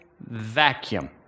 vacuum